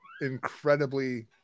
incredibly